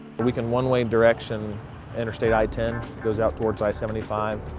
we can one way direction interstate i-ten, goes out towards i-seventy five,